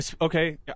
okay